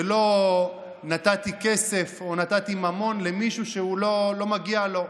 שלא נתתי כסף או נתתי ממון למישהו שלא מגיע לו,